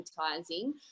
advertising